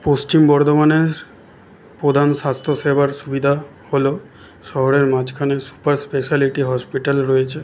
পশ্চিম বর্ধমানের প্রধান স্বাস্থ্যসেবার সুবিধা হল শহরের মাঝখানে সুপার স্পেশালিটি হসপিটাল রয়েছে